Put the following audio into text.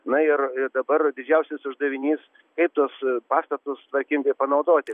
na ir ir dabar didžiausias uždavinys kaip tuos pastatus tvarkingai panaudoti